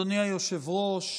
אדוני היושב-ראש,